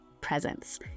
presence